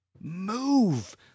move